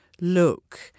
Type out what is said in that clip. look